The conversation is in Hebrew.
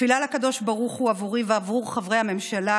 תפילה לקדוש ברוך הוא עבורי ועבור חברי הממשלה